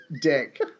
dick